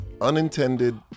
unintended